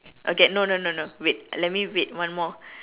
okay no no no no wait let me wait one more